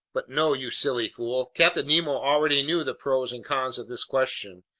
but no, you silly fool! captain nemo already knew the pros and cons of this question,